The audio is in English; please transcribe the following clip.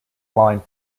line